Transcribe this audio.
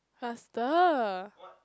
faster